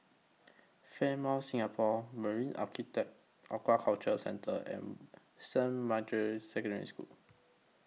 Fairmont Singapore Marine Aquaculture Centre and Saint Margaret's Secondary School